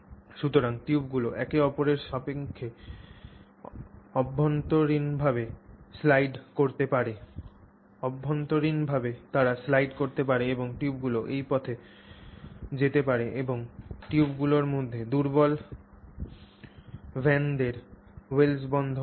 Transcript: সুতরাং এই টিউবগুলি একে অপরের সাপেক্ষে অভ্যন্তরীণভাবে স্লাইড করতে পারে অভ্যন্তরীণভাবে তারা স্লাইড করতে পারে এবং টিউবগুলি এই পথে যেতে পারে এবং এই টিউবগুলির মধ্যে দুর্বল ভ্যান ডের ওয়েলস বন্ধন রয়েছে